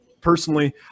Personally